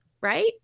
right